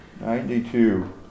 Ninety-two